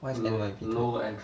what is N_Y_P 特点